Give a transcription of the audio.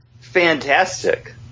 Fantastic